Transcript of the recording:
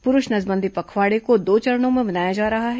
पुरूष नसबंदी पखवाड़े को दो चरणों में मनाया जा रहा है